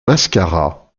mascara